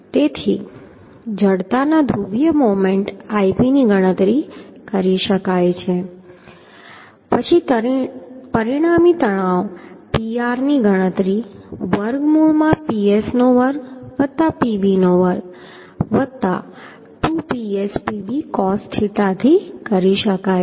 તેથી જડતાના ધ્રુવીય મોમેન્ટ Ip ની ગણતરી કરી શકાય છે પછી પરિણામી તણાવ Pr ની ગણતરી વર્ગમૂળ માં Ps નો વર્ગ Pb નો વર્ગ 2PsPb cos થીટા થી કરી શકાય છે